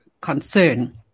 concern